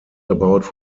about